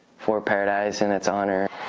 for paradise and its honor.